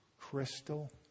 crystal